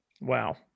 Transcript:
wow